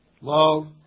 love